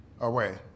away